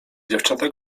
dziewczęta